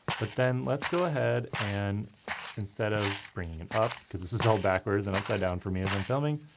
but then let's go ahead and instead of bringing it up, because this is all backwards and upside down for me as i'm filming,